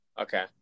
Okay